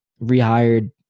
rehired